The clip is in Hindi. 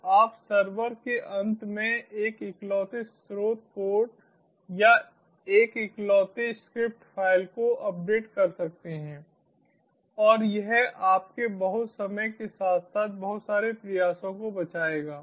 तो आप सर्वर के अंत में एक इकलौते स्रोत कोड या एक इकलौते स्क्रिप्ट फ़ाइल को अपडेट कर सकते हैं और यह आपके बहुत समय के साथ साथ बहुत सारे प्रयासों को बचाएगा